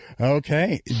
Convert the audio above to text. okay